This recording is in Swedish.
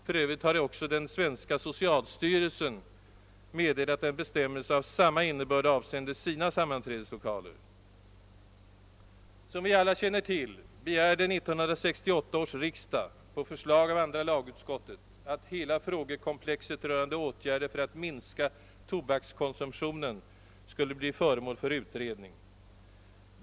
För övrigt har också den svenska socialstyrelsen meddelat en bestämmelse av samma innebörd avseende sina sammanträdeslokaler. Som vi alla känner till begärde 1968 års riksdag på förslag av andra lagutskottet att hela frågekomplexet rörande åtgärder för att minska tobakskonsumtionen skulle bli föremål för utredning.